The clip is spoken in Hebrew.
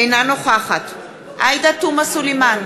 אינה נוכחת עאידה תומא סלימאן,